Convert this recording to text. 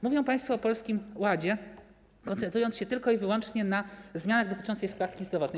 Mówią państwo o Polskim Ładzie, koncentrując się tylko i wyłącznie na zmianach dotyczących składki zdrowotnej.